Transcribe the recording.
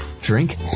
drink